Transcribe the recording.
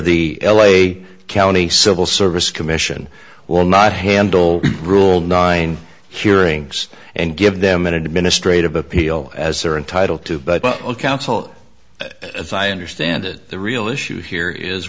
the l a county civil service commission will not handle rule nine hearings and give them an administrative appeal as they're entitled to but accountable as i understand it the real issue here is